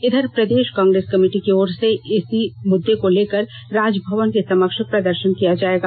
इधर प्रदेष कांग्रेस कमिटी की ओर से कल इसी मुददे को लेकर राजभवन के समक्ष प्रदर्षन किया जायेगा